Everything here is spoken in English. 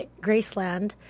Graceland